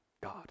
God